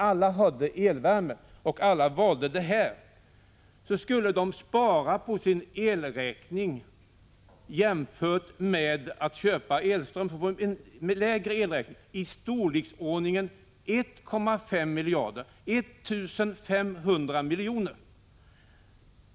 23 april 1986 Om alla hade elvärme och valde detta alternativ skulle elräkningen bli i storleksordningen 1,5 miljarder lägre.